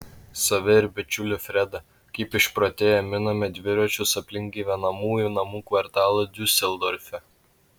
save ir bičiulį fredą kaip išprotėję miname dviračius aplink gyvenamųjų namų kvartalą diuseldorfe